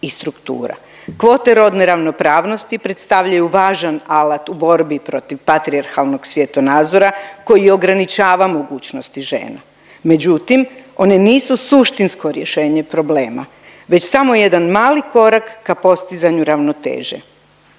Kvote rodne ravnopravnosti predstavljaju važan alat u borbi protiv patrijarhalnog svjetonazora koji ograničava mogućnosti žena, međutim oni nisu suštinsko rješenje problema već samo jedan mali korak ka postizanju ravnoteže.